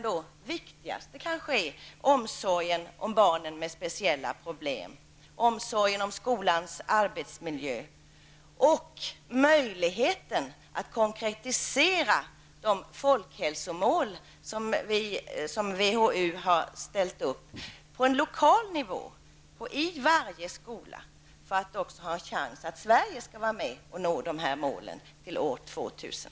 Det viktigaste är kanske omsorgen om barn med speciella problem, omsorgen om skolans arbetsmiljö och möjligheten att på lokal nivå, i varje skola, konkretisera WHOs folkhälsomål för att också Sverige skall ha en chans att nå uppsatta mål fram till år 2000.